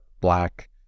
black